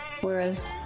Whereas